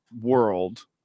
world